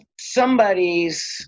somebody's